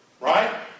Right